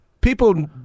people